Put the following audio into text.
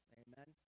amen